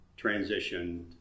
transitioned